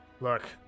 Look